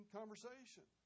conversation